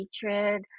hatred